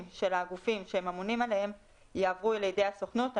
של הגופים שהם אמונים עליהם יעברו לידי הסוכנות,